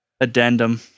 addendum